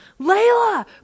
Layla